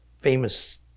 famous